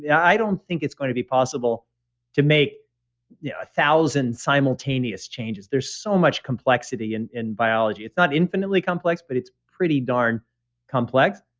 yeah i don't think it's going to be possible to make one yeah thousand simultaneous changes. there's so much complexity and in biology. it's not infinitely complex, but it's pretty darn complex,